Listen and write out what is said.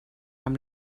amb